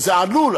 זה עלול,